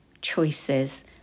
choices